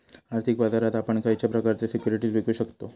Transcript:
आर्थिक बाजारात आपण खयच्या प्रकारचे सिक्युरिटीज विकु शकतव?